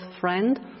friend